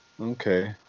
Okay